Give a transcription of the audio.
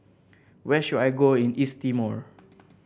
where should I go in East Timor